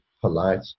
polite